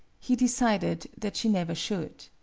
he decided that she never should.